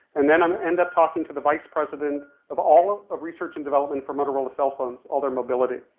and then i um end up talking to the vice president of all ah of research and development for motorola cell phones, all their mobility.